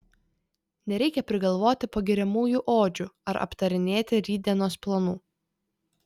nereikia prigalvoti pagiriamųjų odžių ar aptarinėti rytdienos planų